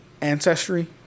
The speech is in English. ancestry